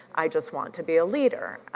i just want to be a leader,